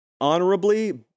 honorably